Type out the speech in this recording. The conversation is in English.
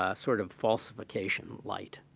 ah sort of falsification light.